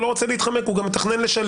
הוא לא רוצה להתחמק מתשלום והוא גם מתכנן לשלם